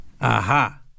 Aha